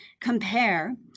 compare